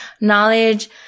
knowledge